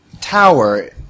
tower